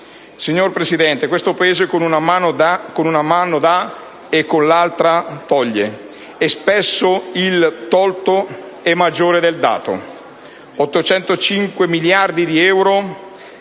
Signora Presidente, questo Paese con una mano dà e con l'altra toglie, e spesso il tolto è maggiore del dato.